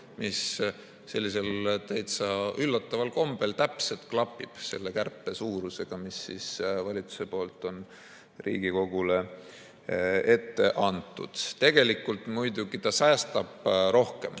mis sellisel täitsa üllataval kombel täpselt klapib selle kärpe suurusega, mis valitsus on Riigikogule ette kirjutanud. Tegelikult muidugi see säästab nati rohkem